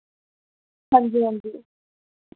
हांजी हांजी